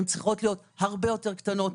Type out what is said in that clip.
הן צריכות להיות הרבה יותר קטנות.